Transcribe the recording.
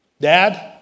dad